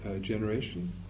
generation